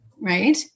right